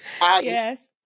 Yes